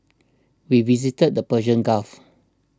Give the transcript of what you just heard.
we visited the Persian Gulf